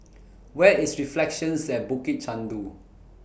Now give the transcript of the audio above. Where IS Reflections At Bukit Chandu